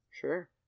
Sure